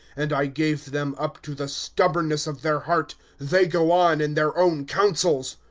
and i gave them up to the stubbornness of their heart they go on in their own counsels.